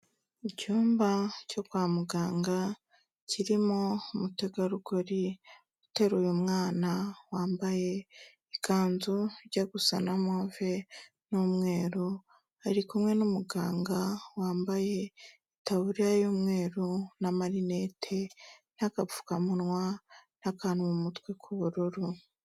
Icyumba cyo kwa muganga kirimo umutegarugori uteruye mwana wambaye ikanzu ijya gusa na move n'umweru, ari kumwe n'umuganga wambaye itaburiya y'umweru n'amarinet n'agapfukamunwa n'akantu mu mutwe k'ubururu.